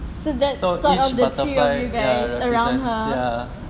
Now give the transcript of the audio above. so that's sort of the three of you guys around her